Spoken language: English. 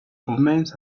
omens